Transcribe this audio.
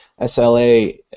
SLA